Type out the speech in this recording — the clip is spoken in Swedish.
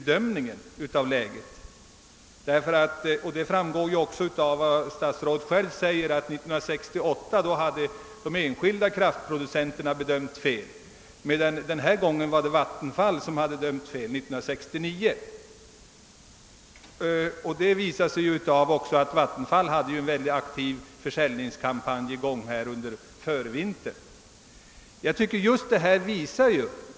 Detta framgår också av vad statsrådet själv säger, att 1965 hade enskilda producenter bedömt läget fel medan det 1969 var Vattenfall som bedömde läget fel. Vattenfall bedrev också under förvintern en mycket aktiv försäljningskampanj.